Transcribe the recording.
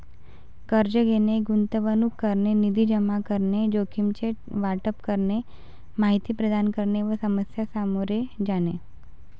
कर्ज घेणे, गुंतवणूक करणे, निधी जमा करणे, जोखमीचे वाटप करणे, माहिती प्रदान करणे व समस्या सामोरे जाणे